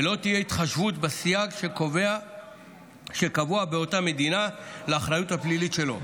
ולא תהיה התחשבות בסייג הקבוע באותה מדינה לאחריות הפלילית שלו.